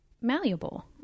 malleable